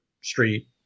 street